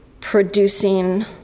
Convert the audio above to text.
producing